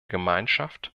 gemeinschaft